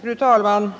Fru talman!